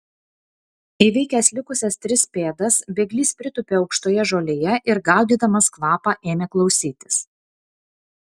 įveikęs likusias tris pėdas bėglys pritūpė aukštoje žolėje ir gaudydamas kvapą ėmė klausytis